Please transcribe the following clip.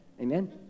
amen